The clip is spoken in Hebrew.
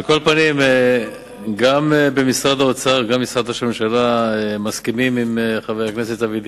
גם במשרד האוצר וגם במשרד ראש הממשלה מסכימים עם חבר הכנסת אבי דיכטר.